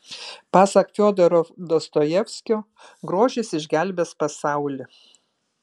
pasak fiodoro dostojevskio grožis išgelbės pasaulį